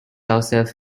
ourselves